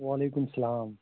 وعلیکُم سلام